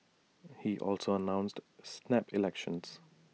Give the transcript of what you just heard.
he also announced snap elections